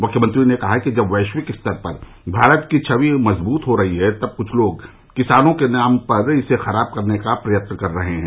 मुख्यमंत्री ने कहा कि जब वैश्विक स्तर पर भारत की छवि मजबूत हो रही है तब कुछ लोग किसानों के मुद्दे के नाम पर इसे खराब करने का प्रयत्न कर रहे हैं